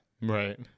Right